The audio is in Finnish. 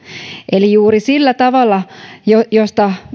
eli juuri sillä tavalla josta